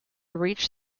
reach